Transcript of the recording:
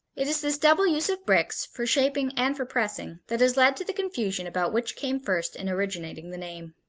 it is this double use of bricks, for shaping and for pressing, that has led to the confusion about which came first in originating the name.